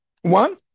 one